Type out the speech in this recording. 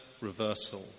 reversal